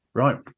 right